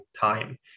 time